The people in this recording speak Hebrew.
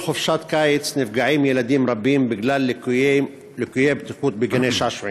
בכל חופשת קיץ נפגעים ילדים רבים בגלל ליקויי בטיחות בגני-שעשועים.